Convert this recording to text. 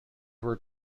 were